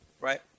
right